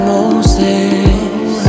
Moses